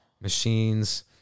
machines